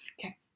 Okay